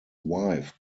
wife